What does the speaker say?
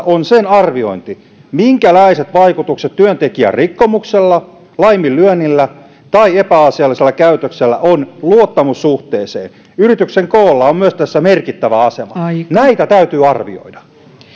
on sen arviointi minkälaiset vaikutukset työntekijän rikkomuksella laiminlyönnillä tai epäasiallisella käytöksellä on luottamussuhteeseen myös yrityksen koolla on tässä merkittävä asema näitä täytyy arvioida